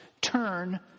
turn